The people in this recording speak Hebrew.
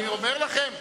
אני אומר לכם,